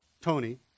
Tony